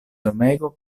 domego